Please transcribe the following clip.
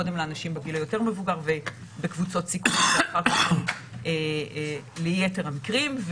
קודם לאנשים בגיל יותר מבוגר ובקבוצות סיכון ואחר כך ליתר המקרים.